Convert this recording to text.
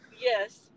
Yes